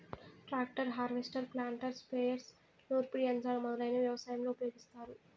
tractor, హార్వెస్టర్లు, planter, sprayers, నూర్పిడి యంత్రాలు మొదలైనవి వ్యవసాయంలో ఉపయోగిస్తారు